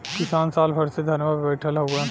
किसान साल भर से धरना पे बैठल हउवन